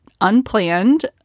unplanned